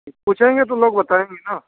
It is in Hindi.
पूछेंगे तो लोग बताएंगे ना